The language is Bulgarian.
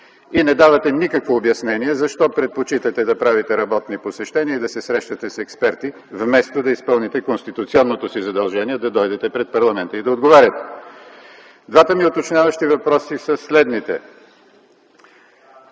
и не давате никакво обяснение защо предпочитате да правите работни посещения и да се срещате с експерти, вместо да изпълните конституционното си задължение – да дойдете пред парламента и да отговаряте. Двата ми уточняващи въпроса са следните.